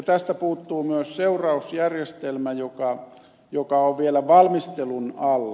tästä puuttuu myös seurausjärjestelmä joka on vielä valmistelun alla